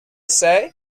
say